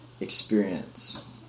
experience